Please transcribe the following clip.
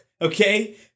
okay